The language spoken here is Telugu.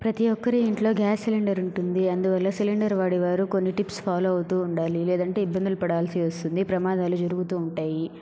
ప్రతీ ఒక్కరి ఇంట్లో గ్యాస్ సిలిండర్ ఉంటుంది అందువల్ల సిలిండర్ వాడే వారు కొన్ని టిప్స్ ఫాలో అవుతూ ఉండాలి లేదంటే ఇబ్బందులు పడాల్సి వస్తుంది ప్రమాదాలు జరుగుతూ ఉంటాయి